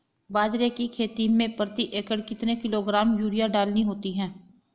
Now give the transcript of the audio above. बाजरे की खेती में प्रति एकड़ कितने किलोग्राम यूरिया डालनी होती है?